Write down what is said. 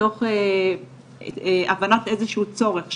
מתוך הבנת איזשהו צורך שעלה.